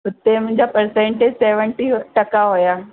हुते मुंहिंजा percent seventy टका हुया